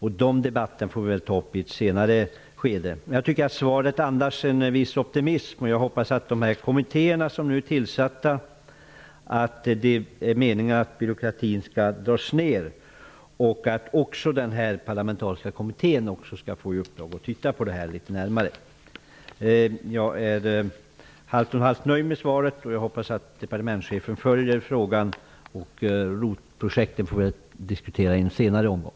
Dessa debatter får vi ta vid ett senare tillfälle. Som jag sade andas svaret en viss optimism. Jag hoppas att de kommittéer som nu tillsatts innebär att byråkratin minskar. Jag hoppas också att den parlamentariska kommittén får i uppdrag att titta litet närmare på denna fråga. Jag är halvt om halvt nöjd med svaret, och jag hoppas att departementschefen följer frågan. ROT-projekten får vi diskutera vid en senare debatt.